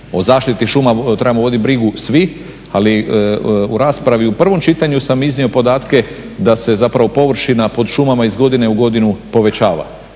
o zaštiti šuma trebamo vodit brigu svi, ali u raspravi u prvom čitanju sam iznio podatke da se zapravo površina pod šumama iz godine u godinu povećava.